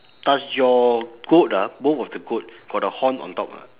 does your goat ah both of the goat got the horn on top or not